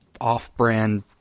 off-brand